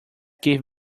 gave